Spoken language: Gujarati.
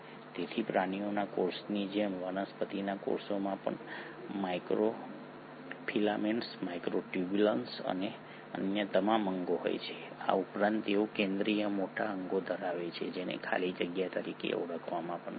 તેથી પ્રાણીઓના કોષોની જેમ વનસ્પતિના કોષોમાં પણ માઇક્રોફિલામેન્ટ્સ માઇક્રોટ્યુબ્યુલ્સ અને અન્ય તમામ અંગો હોય છે ઉપરાંત તેઓ કેન્દ્રિય મોટા અંગો ધરાવે છે જેને ખાલી જગ્યા તરીકે ઓળખવામાં આવે છે